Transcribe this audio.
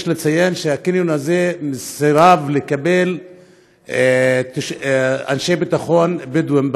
יש לציין שהקניון הזה סירב לקבל אנשי ביטחון בדואים,